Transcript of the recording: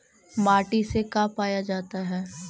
माटी से का पाया जाता है?